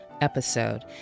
Episode